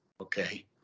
Okay